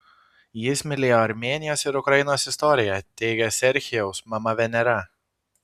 jis mylėjo armėnijos ir ukrainos istoriją teigia serhijaus mama venera